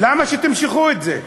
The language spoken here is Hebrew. למה שתמשכו את זה?